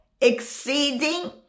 exceeding